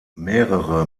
mehrere